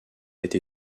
été